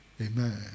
Amen